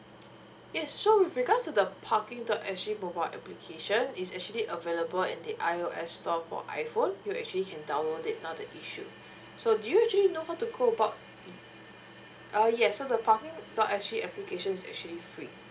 yes so with regards to the parking dot s g mobile application it's actually available in the I_O_S store for iphone you actually can download it not a issue so do you actually know how to go about mm uh yes so the parking dot s g applications is actually free